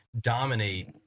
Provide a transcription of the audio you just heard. dominate